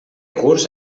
curs